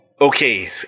Okay